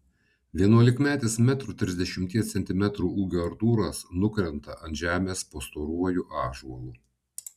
vienuolikmetis metro trisdešimties centimetrų ūgio artūras nukrenta ant žemės po storuoju ąžuolu